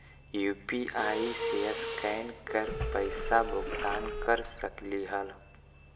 UPI से scan कर पईसा भुगतान कर सकलीहल?